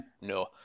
no